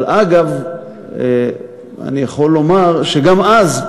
אבל אני יכול לומר שגם אז,